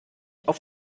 auf